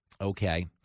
Okay